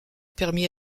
permis